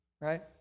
right